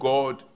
God